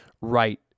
right